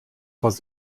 weiß